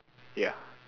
ya